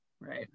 right